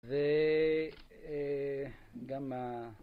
וגם